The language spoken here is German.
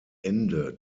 ende